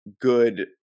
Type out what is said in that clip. good